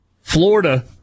Florida